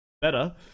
Better